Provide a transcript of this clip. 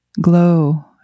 glow